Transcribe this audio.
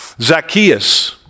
Zacchaeus